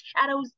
shadows